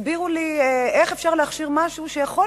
תסבירו לי איך אפשר להכשיר משהו שיכול